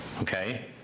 Okay